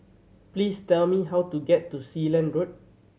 please tell me how to get to Sealand Road